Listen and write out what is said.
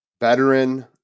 veteran